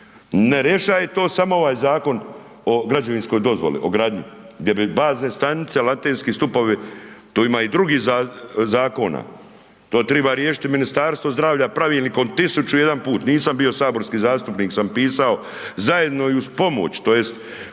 ne rješava to samo ovaj Zakon o građevinskoj dozvoli o gradnji, gdje bi bazne stanice, latinske stupovi, tu ima i drugih zakona, to treba riješiti Ministarstvo zdravlja, pravilnikom 1001 put. Nisam bio saborski zastupnik sam pisao, zajedno i uz pomoć, tj.